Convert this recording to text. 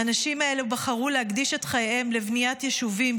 האנשים האלה בחרו להקדיש את חייהם לבניית יישובים,